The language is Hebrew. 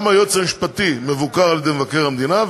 גם היועץ המשפטי מבוקר על-ידי מבקר המדינה,